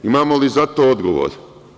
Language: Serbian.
Imamo li za to odgovor?